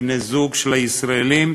בני-זוג של ישראלים,